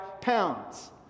pounds